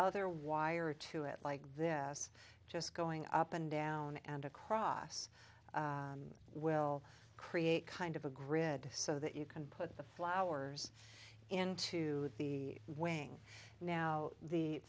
other wire to it like this just going up and down and across will create kind of a grid so that you can put the flowers into the wing now the